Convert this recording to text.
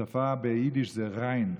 ניקיון ביידיש זה "ריין".